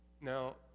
Now